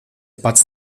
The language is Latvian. pats